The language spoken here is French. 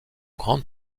grande